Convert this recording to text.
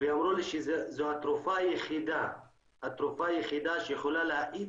אמרו לי שזו התרופה היחידה שיכולה להאט